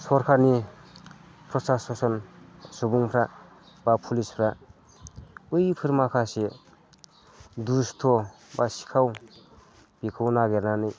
सोरखारनि प्रसासननि सुबुंफ्रा बा पुलिसफ्रा बैफोर माखासे दुसथ' बा सिखाव बेखौ नागिरनानै